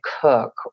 cook